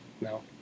No